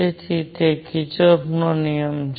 તેથી તે કિર્ચોફનો નિયમ છે